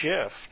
shift